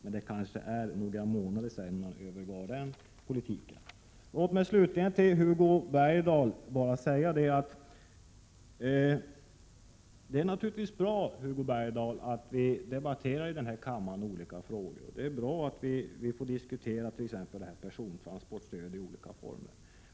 Men det kanske är några månader sedan man övergav den politiken. Låt mig slutligen säga följande till Hugo Bergdahl. Det är bra att vi debatterar olika frågor i denna kammare. Det är bra att vi får diskutera t.ex. persontransportstöd i olika former.